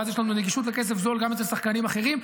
ואז יש לנו נגישות לכסף זול גם אצל שחקנים אחרים,